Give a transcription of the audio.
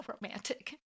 romantic